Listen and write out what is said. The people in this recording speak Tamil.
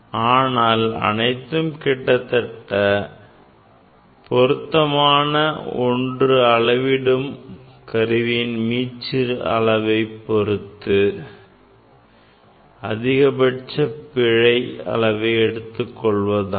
ஆனால் அனைத்துக்கும் கிட்டத்தட்ட பொருத்தமான ஒன்று அளவிடும் கருவியின் மீச்சிறு அளவை அதிகபட்ச பிழை அளவாக எடுத்துக் கொள்வதாகும்